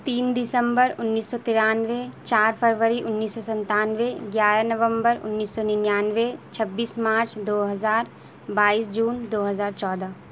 تین دسمبر انّیس سو ترانوے چار فروری انّیس سو ستانوے گیارہ نومبر انّیس سو ننانوے چھبیس مارچ دو ہزار بائیس جون دو ہزار چودہ